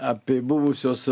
apie buvusios